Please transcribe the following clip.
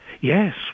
yes